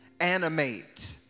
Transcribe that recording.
Animate